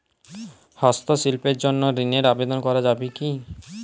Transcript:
হস্তশিল্পের জন্য ঋনের আবেদন করা যাবে কি?